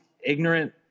ignorant